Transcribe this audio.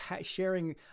sharing